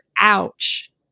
ouch